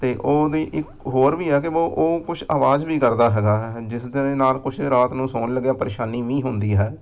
ਅਤੇ ਉਹਦੀ ਇੱਕ ਹੋਰ ਵੀ ਆ ਕਿ ਵੋ ਉਹ ਕੁਛ ਆਵਾਜ਼ ਵੀ ਕਰਦਾ ਹੈਗਾ ਹੈ ਜਿਸ ਦੇ ਨਾਲ ਕੁਛ ਰਾਤ ਨੂੰ ਸੋਣ ਲੱਗਿਆ ਪਰੇਸ਼ਾਨੀ ਵੀ ਹੁੰਦੀ ਹੈ